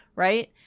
right